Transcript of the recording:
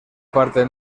parte